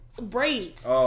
braids